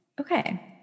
Okay